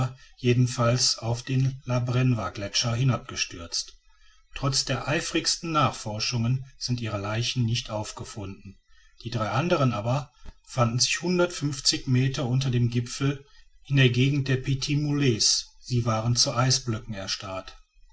jedenfalls auf den la brenva gletscher hinabgestürzt trotz der eifrigsten nachforschungen sind ihre leichen nicht aufgefunden die drei andern aber fanden sich hundertundfünfzig meter unter dem gipfel in der gegend der petits mulets sie waren zu eisblöcken erstarrt